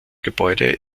gebäude